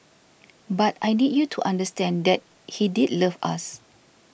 but I need you to understand that he did love us